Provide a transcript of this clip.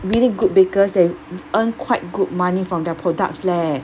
really good bakers they earn quite good money from their products leh